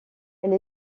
elle